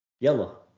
Yellow